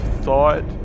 thought